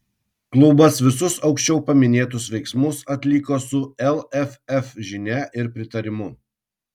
klubas visus aukščiau paminėtus veiksmus atliko su lff žinia ir pritarimu